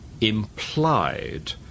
implied